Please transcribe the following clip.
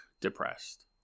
depressed